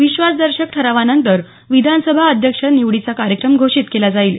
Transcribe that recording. विश्वासदर्शक ठरावानंतर विधानसभा अध्यक्ष निवडीचा कार्यक्रम घोषित केला जाईल